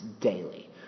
daily